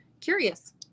curious